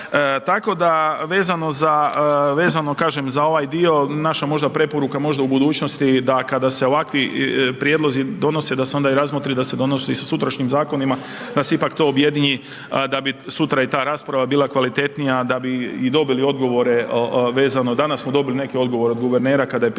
vezano kažem za ovaj dio naša možda preporuka možda u budućnosti da kada se ovakvi prijedlozi donose da se onda i razmotri da se donosi sutrašnjim zakonima da se ipak to objedini, a da bi sutra i ta rasprava bila kvalitetnija da bi i dobili odgovore vezano, danas smo dobili neke odgovore od guvernera kada je pitano